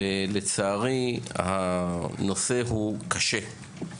לצערי, הנושא הוא קשה.